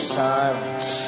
silence